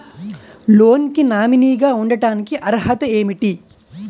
Loan కి nominee గా ఉండటానికి అర్హత ఏమిటి?